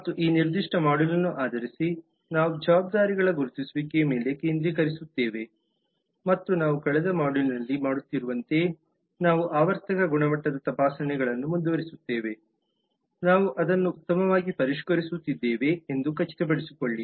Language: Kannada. ಮತ್ತು ಈ ನಿರ್ದಿಷ್ಟ ಮಾಡ್ಯೂಲ್ ಅನ್ನು ಆಧರಿಸಿ ನಾವು ಜವಾಬ್ದಾರಿಗಳ ಗುರುತಿಸುವಿಕೆಯ ಮೇಲೆ ಕೇಂದ್ರೀಕರಿಸುತ್ತೇವೆ ಮತ್ತು ನಾವು ಕಳೆದ ಮಾಡ್ಯೂಲ್ನಲ್ಲಿ ಮಾಡುತ್ತಿರುವಂತೆ ನಾವು ಆವರ್ತಕ ಗುಣಮಟ್ಟದ ತಪಾಸಣೆಗಳನ್ನು ಮುಂದುವರಿಸುತ್ತೇವೆ ನಾವು ಅದನ್ನು ಉತ್ತಮವಾಗಿ ಪರಿಷ್ಕರಿಸುತ್ತಿದ್ದೇವೆ ಎಂದು ಖಚಿತಪಡಿಸಿಕೊಳ್ಳಿ